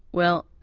well,